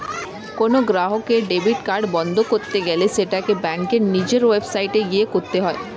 কোনো গ্রাহকের debit card বন্ধ করতে গেলে সেটাকে ব্যাঙ্কের নিজের ওয়েবসাইটে গিয়ে করতে হয়ে